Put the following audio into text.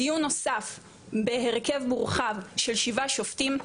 דיון נוסף בהרכב מורחב של שבעה שופטים,